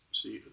see